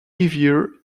heavier